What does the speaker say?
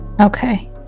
Okay